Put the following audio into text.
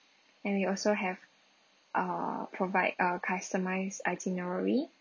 and we also have err provide uh customised itinerary